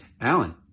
Alan